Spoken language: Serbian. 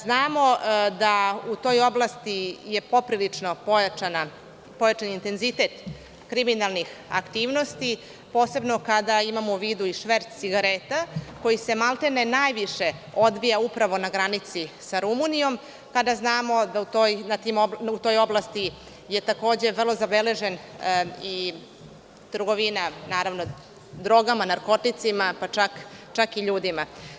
Znamo da je u toj oblasti poprilično pojačan intenzitet kriminalnih aktivnosti, posebno kada imamo u vidu šverc cigareta koji se maltene najviše odvija na granici sa Rumunijom, kada znamo da u toj oblasti je zabeležena trgovina drogama, narkoticima pa čak i ljudima.